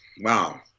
wow